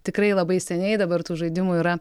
tikrai labai seniai dabar tų žaidimų yra